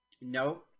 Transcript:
No